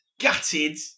Gutted